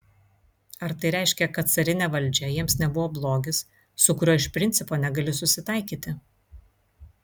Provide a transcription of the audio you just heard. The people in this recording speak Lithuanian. ar tai reiškia kad carinė valdžia jiems nebuvo blogis su kuriuo iš principo negali susitaikyti